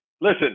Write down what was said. Listen